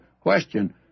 question